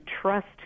trust